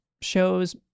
shows